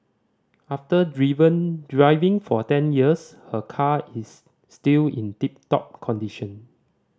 after driven driving for ten years her car is still in tip top condition